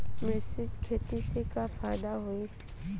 मिश्रित खेती से का फायदा होई?